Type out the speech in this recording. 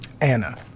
Anna